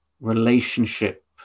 relationship